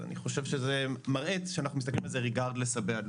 אז אני חושב שזה מראה שאנחנו מסתכלים על זה regardless הבעלות.